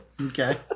Okay